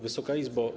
Wysoka Izbo!